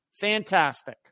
Fantastic